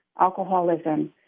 alcoholism